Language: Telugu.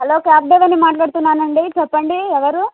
హలో క్యాబ్ డ్రైవర్ని మాట్లాడుతున్నానండి చెప్పండి ఎవరు